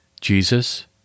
Jesus